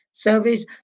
service